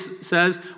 says